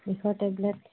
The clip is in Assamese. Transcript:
বিষৰ টেবলেট